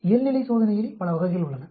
இயல்நிலை சோதனையில் பல வகைகள் உள்ளன